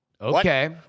Okay